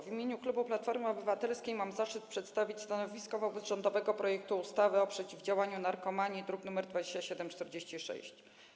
W imieniu klubu Platformy Obywatelskiej mam zaszczyt przedstawić stanowisko wobec rządowego projektu ustawy o przeciwdziałaniu narkomanii, druk nr 2746.